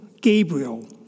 Gabriel